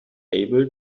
able